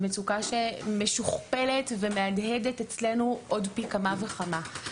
היא מצוקה שמשוכפלת ומהדהדת אצלנו פי כמה וכמה.